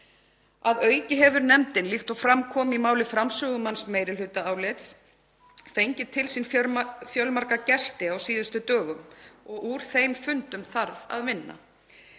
Að auki hefur nefndin, líkt og fram kom í máli framsögumanns meirihlutaálits, fengið til sín fjölmarga gesti á síðustu dögum og úr þeim fundum þarf að vinna.